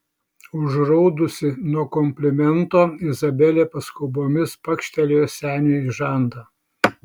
užraudusi nuo komplimento izabelė paskubomis pakštelėjo seniui į žandą